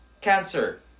Cancer